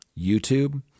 YouTube